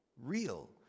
real